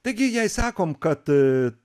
taigi jei sakom kad